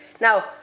Now